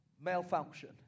malfunction